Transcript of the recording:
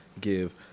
give